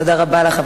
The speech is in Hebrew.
תודה רבה לך,